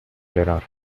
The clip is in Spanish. leonor